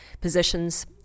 positions